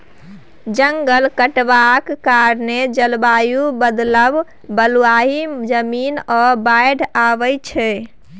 जंगल कटबाक कारणेँ जलबायु बदलब, बलुआही जमीन, आ बाढ़ि आबय छै